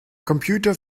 computer